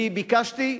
אני ביקשתי,